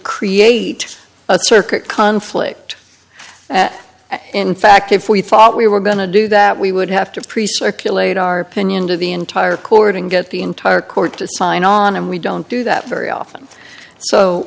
create a circuit conflict and in fact if we thought we were going to do that we would have to priests are killing our pinioned of the entire court and get the entire court to sign on and we don't do that very often so